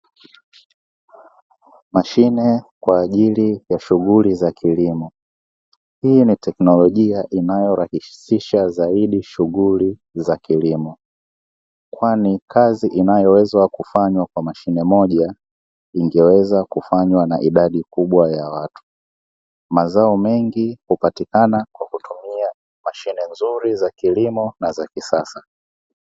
Mashine kwa ajili ya shughuli za kilimo, hii ni teknolojia inayorahisisha zaidi shughuli za kilimo; kwani kazi inayoweza kufanywa kwa mashine moja, ingeweza kufanywa na idadi kubwa ya watu. Mazao mengi hupatikana kwakutumia mashine nzuri za kilimo na za kisasa.